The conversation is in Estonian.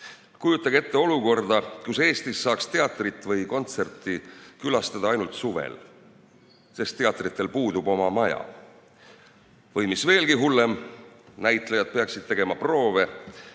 Kujutage ette olukorda, kus Eestis saaks teatrit või kontserti külastada ainult suvel, sest teatritel puudub oma maja. Või mis veelgi hullem, näitlejad peaksid tegema proove